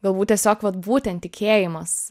galbūt tiesiog vat būtent tikėjimas